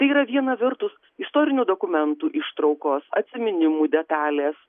tai yra viena vertus istorinių dokumentų ištraukos atsiminimų detalės